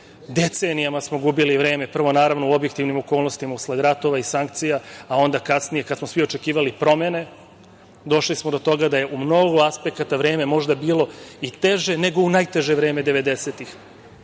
Decenijama smo gubili vreme. Prvo, naravno, u objektivnim okolnostima usled ratova i sankcija, a onda kasnije, kada smo svi očekivali promene, došli smo do toga da je u mnogo aspekata vreme možda bilo i teže nego u najteže vreme,